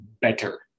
better